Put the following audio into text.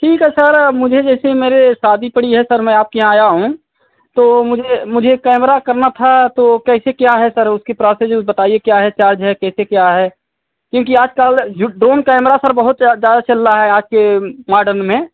ठीक है सर मुझे जैसे मेरे शादी पड़ी है सर मैं आपके यहाँ आया हूँ तो मुझे मुझे कैमरा करना था तो कैसे क्या है सर उसकी प्रोसेज बताइए क्या है चार्ज है कैसे क्या है क्योंकि आजकल जो डोन कैमरा सर बहुत ज़्यादा चल रहा है आज के माडर्न में